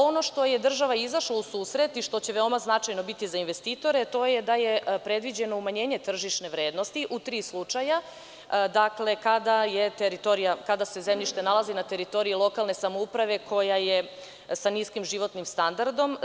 Ono što je država izašla u susret i što će veoma značajno biti za investitore, to je da je predviđeno umanjenje tržišne vrednosti u tri slučaja kada se zemljište nalazi na teritoriji lokalne samouprave koja je sa niskim životnim standardom.